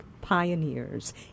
pioneers